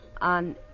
on